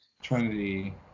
Trinity